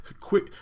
quick